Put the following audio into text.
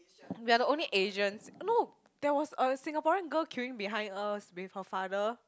we are the only Asians no there was a Singaporean girl queuing behind us with her father